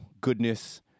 goodness